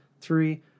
three